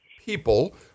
people